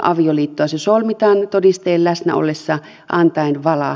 se solmitaan todistajien läsnä ollessa antaen vala